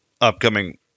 upcoming